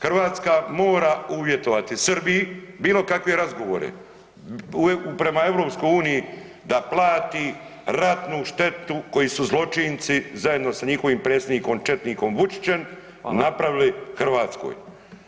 Hrvatska mora uvjetovati Srbiji bilo kakve razgovore prema EU da plati ratnu štetu koju su zločinci zajedno sa njihovim predsjednikom četnikom Vučićem napravili Hrvatskoj.